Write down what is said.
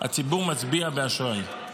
הציבור מצביע באשראי.